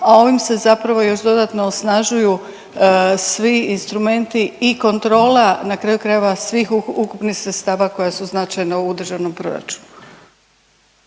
a ovim se zapravo još dodatno osnažuju svi instrumenti i kontrola na kraju krajeva svih ukupnih sredstava koja su značajna u državnom proračunu.